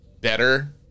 better